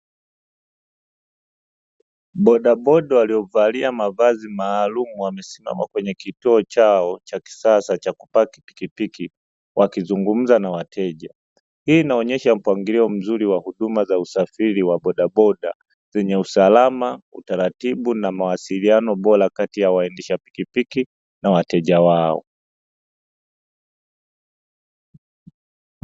Bodaboda waliovalia mavazi maalumu wamesimama kwenye kituo chao cha kisasa cha kupaki pikipiki, wakizungumza na wateja. Hii inaonyesha mpangilio mzuri wa huduma za usafiri wa bodaboda, zenye usalama, utaratibu na mawasiliano bora kati ya waendesha pikpiki na wateja wao.